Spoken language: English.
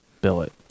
billet